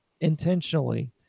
intentionally